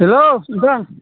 hello नोंथां